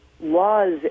laws